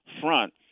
front